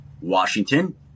Washington